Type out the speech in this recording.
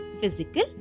physical